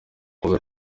kubera